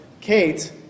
Kate